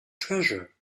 treasure